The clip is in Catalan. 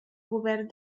govern